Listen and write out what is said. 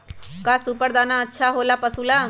का सुपर दाना अच्छा हो ला पशु ला?